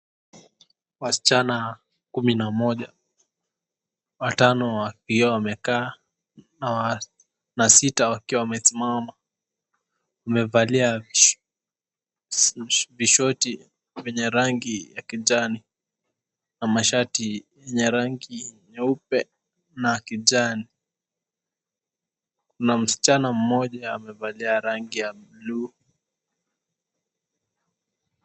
Wasichana kumi na moja, watano wakiwa wamekaa na sita wakiwa wamesimama, wamevalia vishoti vyenye rangi ya kijani na mashati yenye rangi nyeupe na kijani. Kuna msichana mmoja amevalia rangi ya bluu.